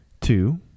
Two